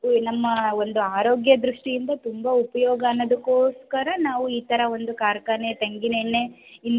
ಈ ನಮ್ಮ ಒಂದು ಆರೋಗ್ಯ ದೃಷ್ಟಿಯಿಂದ ತುಂಬಾ ಉಪಯೋಗ ಅನ್ನೋದಕ್ಕೋಸ್ಕರ ನಾವು ಈ ಥರ ಒಂದು ಕಾರ್ಖಾನೆ ತೆಂಗಿನೆಣ್ಣೆಯಿಂದ